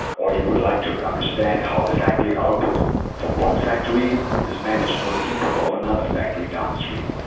or you would like to understand how the factory output from one factory is managed for the input of another factory downstream.